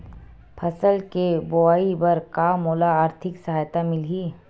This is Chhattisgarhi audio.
फसल के बोआई बर का मोला आर्थिक सहायता मिलही?